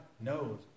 knows